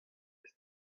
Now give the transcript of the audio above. eus